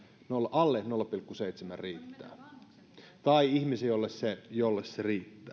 alle nolla pilkku seitsemän riittää tai ihmisen jolle se riittää